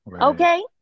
Okay